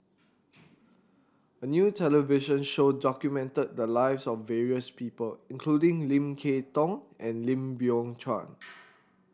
a new television show documented the lives of various people including Lim Kay Tong and Lim Biow Chuan